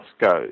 goes